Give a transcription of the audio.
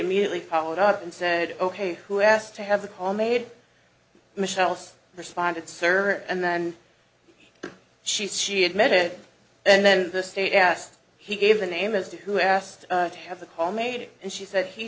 immediately followed up and said ok who asked to have the call made michele's responded server and then she says she admitted and then the state asked he gave the name as to who asked to have the call made and she said he